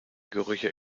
gerüchte